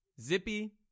Zippy